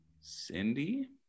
Cindy